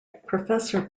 professor